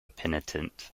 penitent